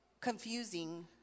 confusing